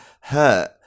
hurt